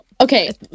okay